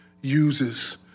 uses